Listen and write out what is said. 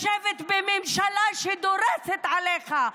לשבת בממשלה דורסת עליך,